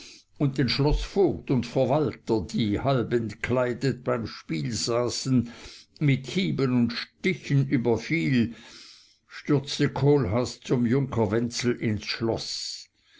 und den schloßvogt und verwalter die halb entkleidet beim spiel saßen mit hieben und stichen überfiel stürzte kohlhaas zum junker wenzel ins schloß